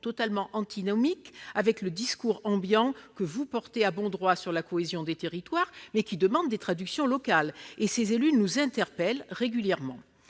totalement antinomiques avec le discours ambiant que vous portez à bon droit sur la cohésion des territoires, mais qui demande des traductions locales. Ces élus nous interpellent régulièrement.